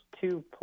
two